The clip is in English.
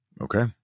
Okay